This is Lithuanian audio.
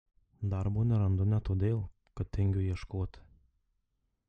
darbo nerandu ne todėl kad tingiu ieškoti